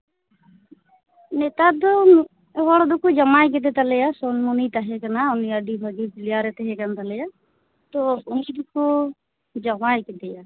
ᱱᱮᱛᱟᱨ ᱫᱚ ᱢᱤᱫ ᱦᱚᱲ ᱫᱚᱠᱚ ᱡᱟᱶᱟᱭ ᱠᱮᱫᱮ ᱛᱟᱞᱮᱭᱟ ᱥᱚᱱᱢᱩᱱᱤᱭ ᱛᱟᱦᱮᱸᱠᱟᱱᱟ ᱩᱱᱤ ᱟᱹᱰᱤ ᱵᱷᱟᱹᱜᱤ ᱯᱞᱮᱭᱟᱨᱮᱭ ᱛᱟᱦᱮᱸᱠᱟᱱ ᱛᱟᱞᱮᱭᱟ ᱛᱚ ᱩᱱᱤᱜᱮᱠᱚ ᱡᱟᱶᱟᱭ ᱠᱮᱫᱮᱭᱟ